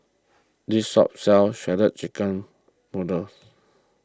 this shop sells Shredded Chicken Noodles